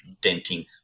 denting